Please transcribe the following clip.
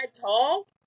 tall